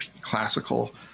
classical